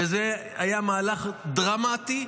וזה היה מהלך דרמטי,